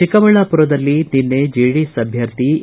ಚಿಕ್ಕಬಳ್ಳಾಪುರದಲ್ಲಿ ನಿನ್ನೆ ಜೆಡಿಎಸ್ ಅಭ್ಯರ್ಥಿ ಎ